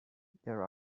there